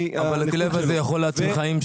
הכלב הזה יכול להציל חיים.